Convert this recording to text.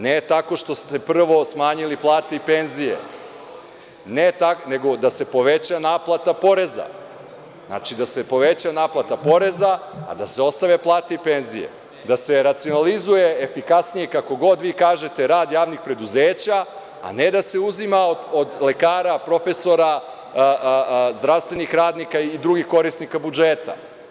Ne tako što ste prvo smanjili plate i penzije, nego da se poveća naplata poreza, a da se ostave plate i penzije, da se racionalizuje efikasnije, kako god vi kažete, rad javnih preduzeća, a ne da se uzima od lekara, profesora, zdravstvenih radnika i drugih korisnika budžeta.